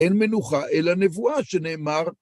אין מנוחה אלא נבואה, שנאמר...